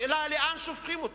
השאלה היא לאן שופכים אותו.